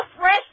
fresh